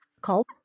called